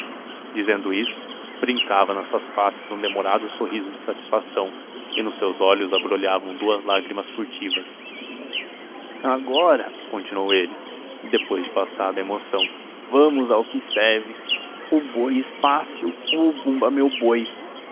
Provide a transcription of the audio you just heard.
dizendo isto brincava nas suas faces um demorado sorriso de satisfação e nos seus olhos abrolhavam duas lágrimas furtivas agora continuou ele depois de passada a emoção vamos ao que serve o boi espácio ou o bumba meu boi ainda é